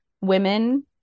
women